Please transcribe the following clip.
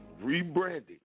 rebranded